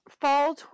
Fall